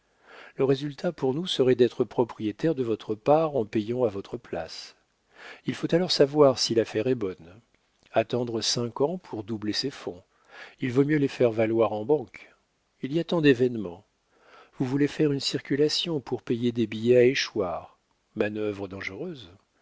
le résultat pour nous serait d'être propriétaires de votre part en payant à votre place il faut alors savoir si l'affaire est bonne attendre cinq ans pour doubler ses fonds il vaut mieux les faire valoir en banque il y a tant d'événements vous voulez faire une circulation pour payer des billets à échoir manœuvre dangereuse